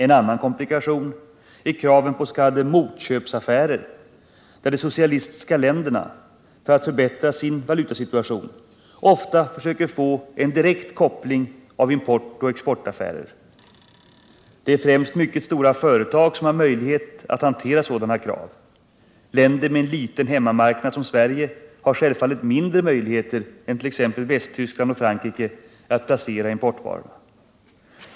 En annan komplikation är kraven på s.k. motköpsaffärer, där de socialistiska länderna, för att förbättra sin valutasituation, ofta försöker få en direkt koppling av importoch exportaffärer. Det är främst mycket stora företag som har möjlighet att hantera sådana krav. Länder med en liten hemmamarknad som Sverige har självfallet mindre möjligheter än 1. ex. Västtyskland och Frankrike att placera importvarorna.